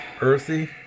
earthy